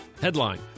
Headline